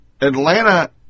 Atlanta